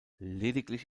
lediglich